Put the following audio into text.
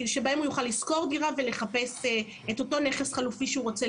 שבהן הוא יוכל לשכור דירה ולחפש את אותו נכס חלופי שהוא רוצה לרכוש.